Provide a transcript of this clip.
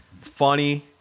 Funny